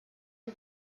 you